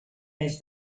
més